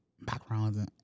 backgrounds